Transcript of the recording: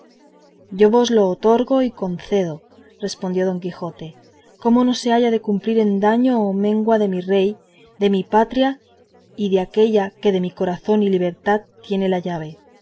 yo vos le otorgo y concedo respondió don quijote como no se haya de cumplir en daño o mengua de mi rey de mi patria y de aquella que de mi corazón y libertad tiene la llave